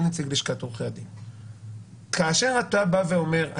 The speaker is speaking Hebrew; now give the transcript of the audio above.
אתה יודע מה?